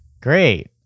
Great